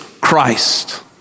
Christ